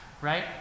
right